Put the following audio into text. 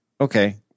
okay